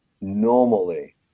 normally